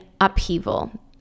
upheaval